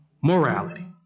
morality